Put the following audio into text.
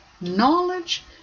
knowledge